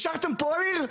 השארתם פה עיר,